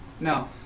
No